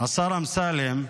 השר אמסלם,